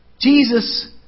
Jesus